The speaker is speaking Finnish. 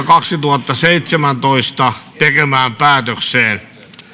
kaksituhattaseitsemäntoista tekemään päätökseen